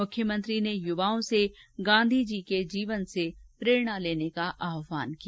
मुख्यमंत्री ने युवाओं से गांधीजी से प्रेरणा लेने का आहवान किया